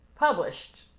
Published